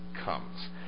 comes